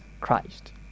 Christ